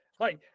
Hi